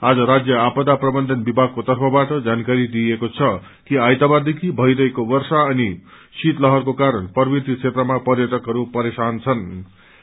आज राज्य आपदा प्रबन्धन विभागको तर्फबाट जानकारी दिइएको छ कि आइतबारदेखि भइरहेको वर्षा अनि शीतलहरको कारण पार्वतीय क्षेत्रमा प्यटक परेशन छनृ